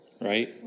right